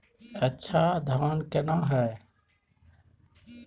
अच्छा धान केना हैय?